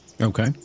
Okay